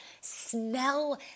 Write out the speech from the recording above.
smell